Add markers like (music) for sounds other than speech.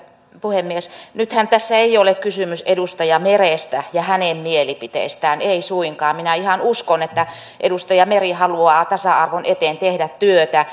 puhemies nythän tässä ei ole kysymys edustaja merestä ja hänen mielipiteestään ei suinkaan minä ihan uskon että edustaja meri haluaa tasa arvon eteen tehdä työtä (unintelligible)